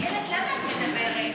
איילת, למה את מדברת?